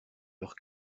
leurs